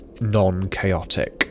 non-chaotic